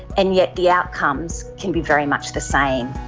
and yet the outcomes can be very much the same.